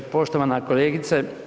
Poštovana kolegice.